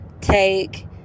take